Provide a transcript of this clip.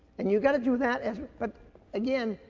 and you gotta do that as a, but again,